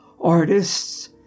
artists